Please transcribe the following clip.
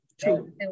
true